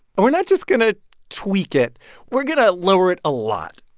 and we're not just going to tweak it we're going to lower it a lot.